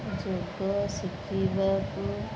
ଯୋଗ ଶିଖିବାକୁ